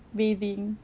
bathing